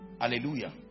hallelujah